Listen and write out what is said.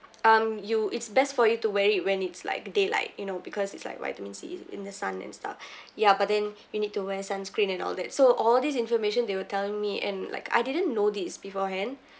um you it's best for you to wear it when it's like daylight you know because it's like vitamin C it's in the sun and stuff ya but then you need to wear sunscreen and all that so all these information they were telling me and like I didn't know this beforehand